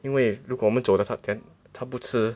因为如果我们走了他 then 他不吃